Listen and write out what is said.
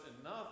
enough